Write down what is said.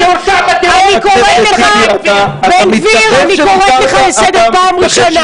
אני קוראת לך לסדר פעם ראשונה.